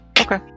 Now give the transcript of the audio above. Okay